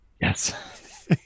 Yes